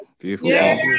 Beautiful